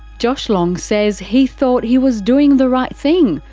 josh long says he thought he was doing the right thing,